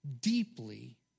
deeply